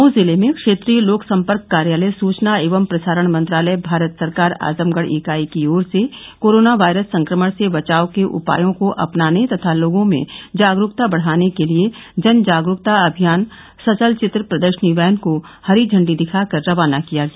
मऊ जिले में क्षेत्रीय लोक संपर्क कार्यालय सूचना एवं प्रसारण मंत्रालय भारत सरकार आजमगढ़ इकाई की ओर से कोरोना वायरस संक्रमण से बचाव के उपायों को अपनाने तथा लोगों में जागरूकता बढ़ाने के लिए जन जागरूकता अभियान सचल चित्र प्रदर्शनी वैन को हरी झंडी दिखा कर रवाना किया गया